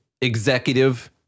executive